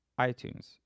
iTunes